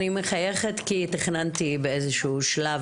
אני מחייכת כי תכננתי באיזה שהוא שלב